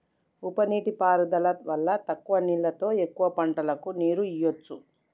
ఉప నీటి పారుదల వల్ల తక్కువ నీళ్లతో ఎక్కువ పంటలకు నీరు ఇవ్వొచ్చు